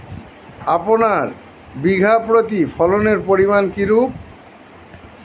আপনার বিঘা প্রতি ফলনের পরিমান কীরূপ?